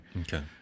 Okay